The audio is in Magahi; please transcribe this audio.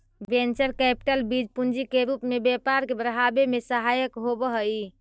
वेंचर कैपिटल बीज पूंजी के रूप में व्यापार के बढ़ावे में सहायक होवऽ हई